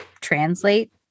translate